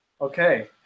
okay